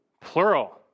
plural